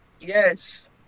Yes